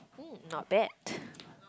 um not bad